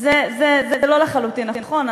זה לא לחלוטין נכון.